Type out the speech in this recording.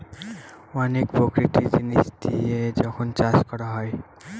অনেক প্রাকৃতিক জিনিস দিয়ে যখন চাষ করা হয়